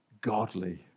godly